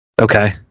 Okay